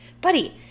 Buddy